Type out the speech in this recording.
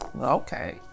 Okay